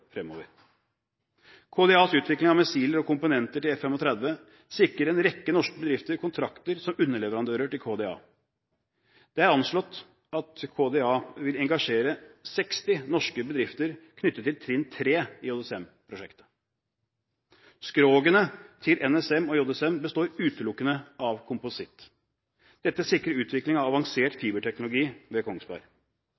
KDAs utvikling av missiler og komponenter til F-35 sikrer en rekke norske bedrifter kontrakter som underleverandører til KDA. Det er anslått at KDA vil engasjere 60 norske bedrifter knyttet til trinn 3 i JSM-prosjektet. Skrogene til NSM og JSM består utelukkende av kompositt. Dette sikrer utvikling av avansert